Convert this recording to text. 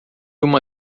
uma